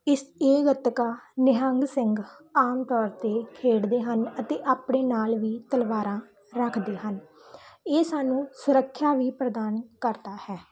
ਇਸ ਇਹ ਗੱਤਕਾ ਨਿਹੰਗ ਸਿੰਘ ਆਮ ਤੌਰ 'ਤੇ ਖੇਡਦੇ ਹਨ ਅਤੇ ਆਪਣੇ ਨਾਲ ਵੀ ਤਲਵਾਰਾਂ ਰੱਖਦੇ ਹਨ ਇਹ ਸਾਨੂੰ ਸੁਰੱਖਿਆ ਵੀ ਪ੍ਰਦਾਨ ਕਰਦਾ ਹੈ